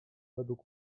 według